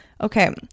Okay